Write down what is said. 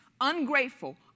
ungrateful